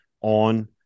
on